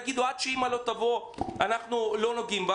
תגידו: עד שהאימא לא תבוא אנחנו לא נוגעים בה,